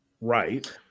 Right